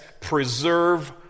preserve